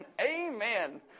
Amen